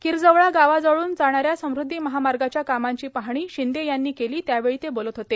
किरजवळा गावाजवळून जाणाऱ्या समृध्दी महामार्गाच्या कामांची पाहणी शिंदे यांनी केली त्यावेळी ते बोलत होते